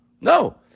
No